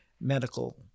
medical